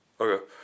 Okay